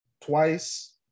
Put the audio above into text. twice